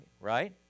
right